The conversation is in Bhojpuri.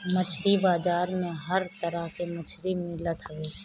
मछरी बाजार में हर तरह के मछरी मिलत हवे